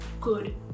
good